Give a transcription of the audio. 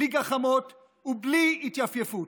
בלי גחמות ובלי התייפייפות.